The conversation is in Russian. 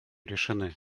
решены